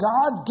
God